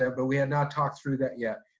ah but we have not talked through that yet.